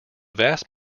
vast